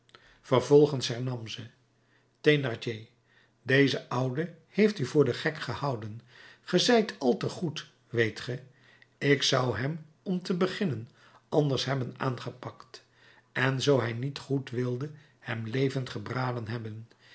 vervolgens hernam ze thénardier deze oude heeft u voor den gek gehouden ge zijt al te goed weet ge ik zou hem om te beginnen anders hebben aangepakt en zoo hij niet goed wilde hem levend gebraden hebben